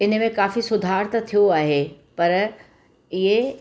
इन में काफ़ी सुधार त थियो आहे पर इहे